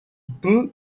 peut